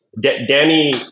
Danny